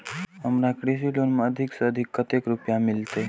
हमरा कृषि लोन में अधिक से अधिक कतेक रुपया मिलते?